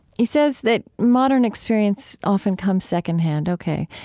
he says that modern experience often comes second hand. okay.